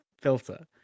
filter